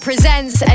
Presents